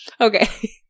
Okay